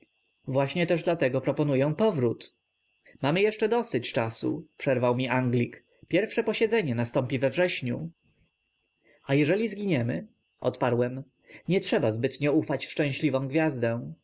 właśnie też dlatego proponuję powrót mamy jeszcze dosyć czasu przerwał mi anglik pierwsze posiedzenie nastąpi we wrześniu a jeśli zginiemy odparłem nietrzeba zbytnio ufać w szczęśliwą gwiazdę